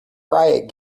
riot